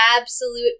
absolute